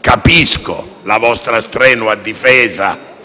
capisco la vostra strenua difesa